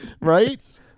Right